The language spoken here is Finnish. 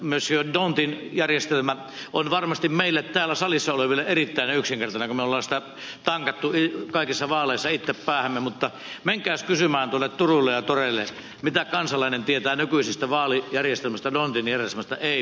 monsieur dhondtin järjestelmä on varmasti meille täällä salissa oleville erittäin yksinkertainen kun me olemme sitä tankanneet kaikissa vaaleissa itse päähämme mutta menkääs kysymään tuonne turuille ja toreille mitä kansalainen tietää nykyisestä vaalijärjestelmästä dhondtin järjestelmästä ei mitään